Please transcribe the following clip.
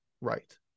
Right